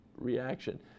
reaction